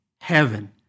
heaven